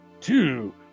two